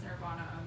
nirvana